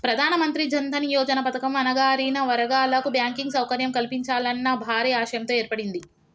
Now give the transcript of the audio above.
ప్రధానమంత్రి జన్ దన్ యోజన పథకం అణగారిన వర్గాల కు బ్యాంకింగ్ సౌకర్యం కల్పించాలన్న భారీ ఆశయంతో ఏర్పడింది